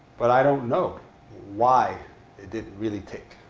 but i don't know why it didn't really take.